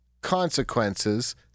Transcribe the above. consequences